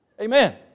Amen